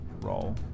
roll